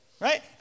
Right